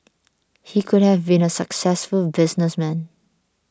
he could have been a successful businessman